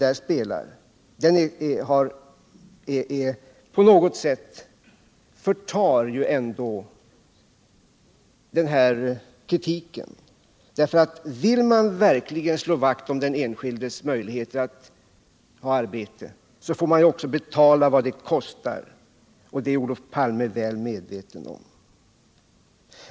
Den dubbelroll som socialdemokratin därvid spelar förtar på något sätt denna kritik, därför att om man verkligen vill slå vakt om den enskildes möjligheter att ha arbete får man också betala vad det kostar. Det är Olof Palme väl medveten om.